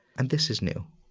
and this is new.